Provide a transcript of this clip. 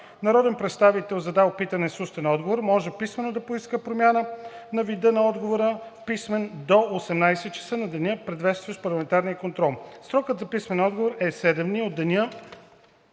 Народен представител, задал питане с устен отговор, може писмено да поиска промяна на вида на отговора в писмен до 18,00 ч. на деня, предшестващ парламентарния контрол. Срокът за писмения отговор е 7 дни